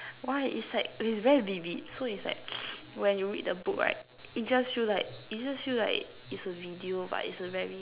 why it's like it's very vivid so it's like when you read the book right it just feel it just feel like it's a video but it's a very